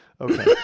okay